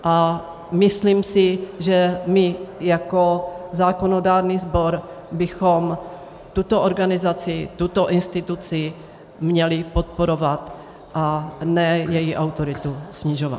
A myslím si, že my jako zákonodárný sbor bychom tuto organizaci, tuto instituci, měli podporovat, a ne její autoritu snižovat.